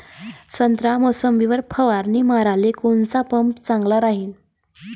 संत्रा, मोसंबीवर फवारा माराले कोनचा पंप चांगला रायते?